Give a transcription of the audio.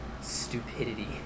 stupidity